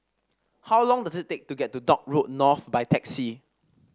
how long does it take to get to Dock Road North by taxi